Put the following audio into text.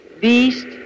Beast